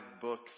books